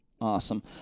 Awesome